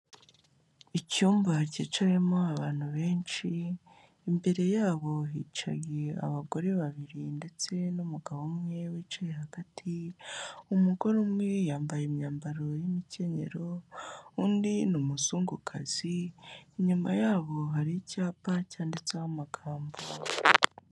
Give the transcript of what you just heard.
Icyumba cyicayemo abantu benshi, imbere yabo bicariye abagore babiri ndetse n'umugabo umwe wicaye hagati. Umugore umwe yambaye imyambaro y'imikenyero undi ni umuzungukazi, inyuma yabo hari icyapa cyanditseho amagambo.